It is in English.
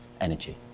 energy